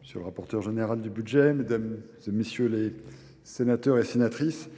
monsieur le rapporteur général du budget, mesdames et messieurs les sénateurs et sénatrices,